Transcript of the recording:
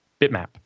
bitmap